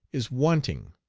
is wanting.